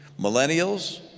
Millennials